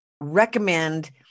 recommend